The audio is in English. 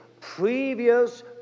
previous